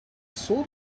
sort